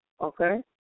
Okay